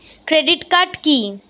Credit card কি?